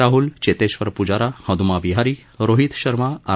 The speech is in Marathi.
राहूल चेतेश्वर पुजारा हनुमा विहारी रोहित शर्मा आर